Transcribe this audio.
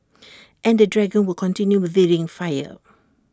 and the dragon will continue breathing fire